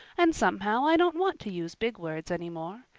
and somehow i don't want to use big words any more.